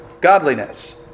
Godliness